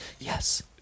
yes